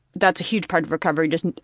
that's a huge part of recovery, just,